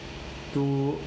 do